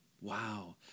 Wow